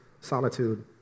solitude